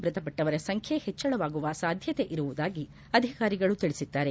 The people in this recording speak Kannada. ಮೃತಪಟ್ಟವರ ಸಂಖ್ಯೆಯು ಹೆಚ್ಚಳವಾಗುವ ಸಾಧ್ಯತೆಯಿರುವುದಾಗಿ ಅಧಿಕಾರಿಗಳು ತಿಳಿಸಿದ್ದಾರೆ